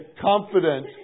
confident